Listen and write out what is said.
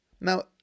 Now